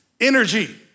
energy